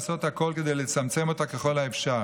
לעשות הכול כדי לצמצם אותה ככל האפשר.